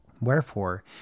Wherefore